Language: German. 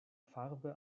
farbe